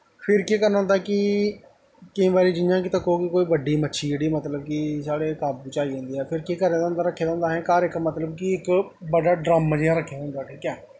फिर केह् करना होंदा कि केईं बारी जियां कि तक्को कि कोई बड्डी मच्छी जेह्ड़ी मतलब कि साढ़े काबू च आई जंदी ऐ फिर केह् करे दा होंदा असें रक्खे दा होंदा घर इक मतलब कि इक बड्डा ड्रम जेहा रक्खे दा होंदा ठीक ऐ